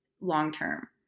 long-term